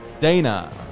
Dana